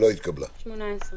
הצבעה ההסתייגות לא אושרה.